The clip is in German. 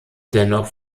dennoch